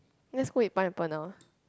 let's go eat pineapple now